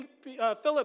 Philip